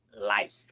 Life